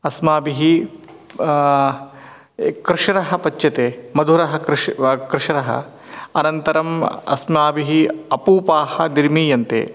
अस्माभिः ए कृश्रः पच्यते मधुरः कृश् वा कृश्रः अनन्तरम् अस्माभिः अपूपाः निर्मीयन्ते